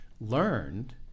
learned